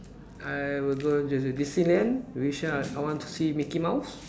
I will go to the Disneyland which I I want to see mickey mouse